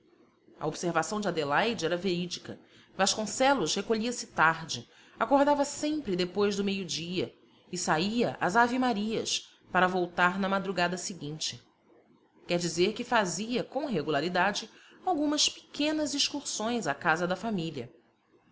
a observação de adelaide era verídica vasconcelos recolhia-se tarde acordava sempre depois do meio-dia e saía às ave-marias para voltar na madrugada seguinte quer dizer que fazia com regularidade algumas pequenas excursões à casa da família